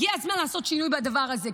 הגיע הזמן לעשות שינוי בדבר הזה,